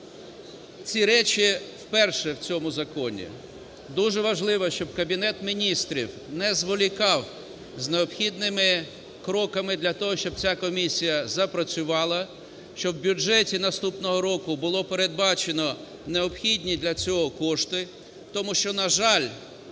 Ці речі вперше в цьому законі. Дуже важливо, щоб Кабінет Міністрів не зволікав з необхідними кроками для того, щоб ця комісія запрацювала, щоб в бюджеті наступного року було передбачено необхідні для цього кошти. Тому що, на жаль,